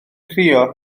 crio